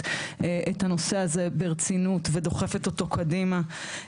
את הנושא הזה ברצינות ודוחפת אותו קדימה.